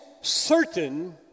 certain